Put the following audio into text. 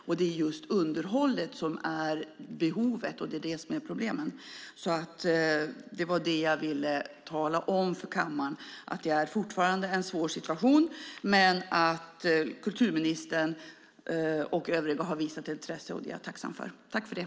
Men det är just inom underhållet som behovet finns, och det är det som är problemet. Det ville jag tala om för kammaren. Det är fortfarande en svår situation, men kulturministern och övriga har visat intresse för frågan, och jag är tacksam för det.